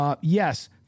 Yes